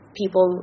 people